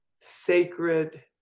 Sacred